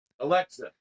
Alexa